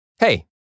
Hey